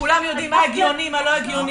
כולם יודעים מה הגיוני מה לא הגיוני.